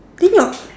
then your